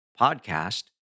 podcast